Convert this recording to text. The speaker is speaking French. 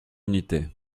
unité